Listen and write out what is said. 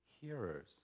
hearers